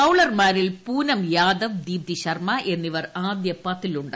ബൌളർമാരിൽ പൂനം യാദവ് ദീപ്തിശർമ്മ എന്നിവർ ആദ്യ പത്തിലുണ്ട്